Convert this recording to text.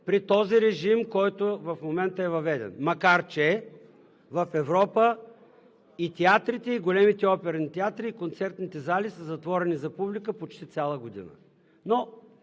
при този режим, който в момента е въведен, макар че в Европа театрите, големите оперни театри и концертните зали са затворени за публика почти цяла година.